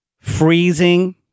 freezing